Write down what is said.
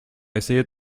essayer